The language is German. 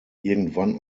irgendwann